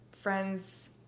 friends